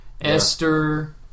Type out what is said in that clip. Esther